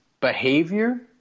behavior